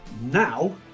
now